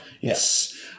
Yes